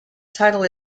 title